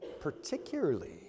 particularly